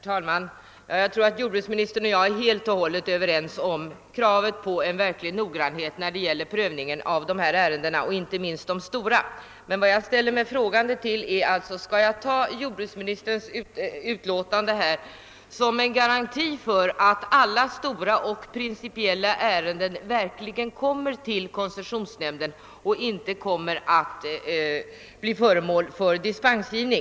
Herr talman! Jag tror att jordbruksministern och jag är helt överens om kravet på verklig noggranhet vid prövningen av dessa ärenden, inte minst de stora. Men den fråga jag ställer mig är: Skall jag uppfatta jordbruksministerns yttrande som en garanti för att alla stora och principiella ärenden verkligen kommer till koncessionsnämnden och inte kommer att bli föremål för dispensgivning?